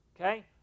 okay